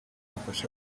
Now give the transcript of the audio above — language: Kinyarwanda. afashe